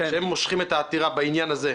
שהם מושכים את העתירה בעניין הזה,